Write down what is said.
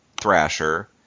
Thrasher